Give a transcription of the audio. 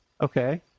Okay